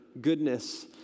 goodness